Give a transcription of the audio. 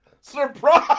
Surprise